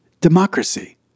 democracy